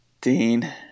dean